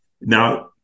Now